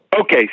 Okay